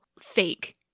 fake